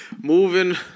moving